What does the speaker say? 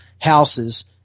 houses